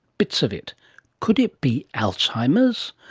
bits of it could it be alzheimers?